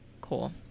Cool